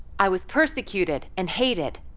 i was persecuted and hated,